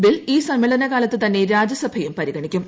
bill ഈ സമ്മേളന കാലത്ത് തന്നെ രാജ്യസഭയും പരിഗണിക്കും